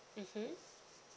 mmhmm